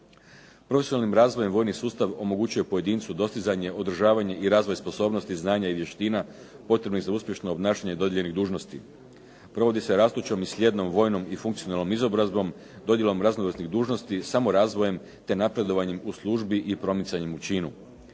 Profesionalnim razvojem vojni sustav omogućuje pojedincu dostizanje, održavanje i razvoj sposobnosti, znanja i vještina potrebnih za uspješno obnašanje dodijeljenih dužnosti. Provodi se rastućom i slijednom vojnom i funkcionalnom izobrazbom, dodjelom raznovrsnih dužnosti, samo razvojem te napredovanjem u službi i promicanjem u činu.